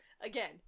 Again